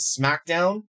SmackDown